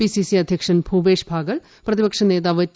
PCC അധ്യക്ഷൻ ഭൂപേഷ് ഭാഗൽ പ്രതിപക്ഷ നേതാവ് ടി